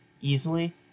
easily